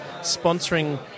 sponsoring